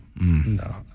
No